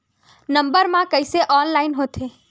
Number मा कइसे online होथे?